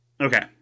Okay